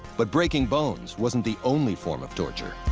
but breaking bones wasn't the only form of torture.